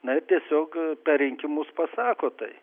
na ir tiesiog per rinkimus pasako tai